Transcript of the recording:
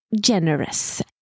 generous